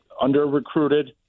under-recruited